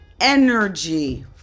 energy